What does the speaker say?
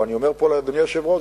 אבל אני אומר פה לאדוני היושב-ראש,